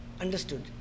understood